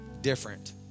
different